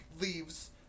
leaves